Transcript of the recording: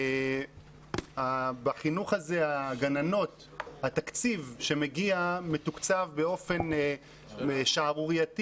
בחינוך הזה התקציב מתוקצב באופן שערורייתי.